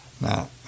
Now